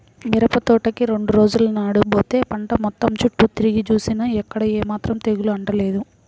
మిరపతోటకి రెండు రోజుల నాడు బోతే పంట మొత్తం చుట్టూ తిరిగి జూసినా ఎక్కడా ఏమాత్రం తెగులు అంటలేదు